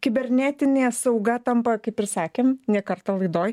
kibernetinė sauga tampa kaip ir sakėm ne kartą laidoj